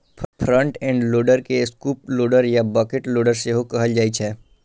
front end loader के scoop loader या bucket loader सेहो कहल जाइ छै